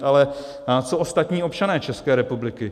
Ale co ostatní občané České republiky?